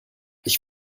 ich